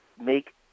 make